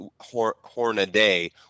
Hornaday